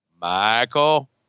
Michael